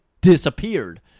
disappeared